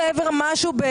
הייתם אמורים להביא נתונים.